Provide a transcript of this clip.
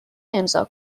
امضا